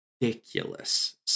Ridiculous